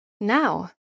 Now